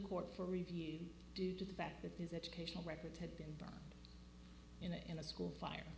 court for review due to the fact that his educational records had been in a school fire